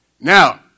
Now